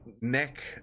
neck